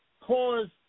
caused